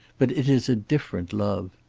but it is a different love.